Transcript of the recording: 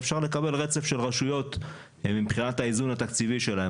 אפשר לקבל רצף של רשויות מבחינת האיזון התקציבי שלהן,